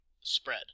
spread